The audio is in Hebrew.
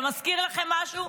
זה מזכיר לכם משהו?